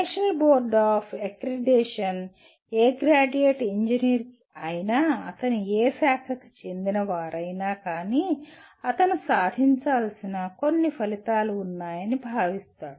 national board of accreditation ఏ graduate engineer అయినా అతను ఏ శాఖకి చెందిన వారైనా కానీ అతను సాధించాల్సిన కొన్ని ఫలితాలు ఉన్నాయని భావిస్తాడు